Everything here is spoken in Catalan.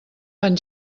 fan